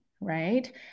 right